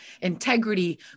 integrity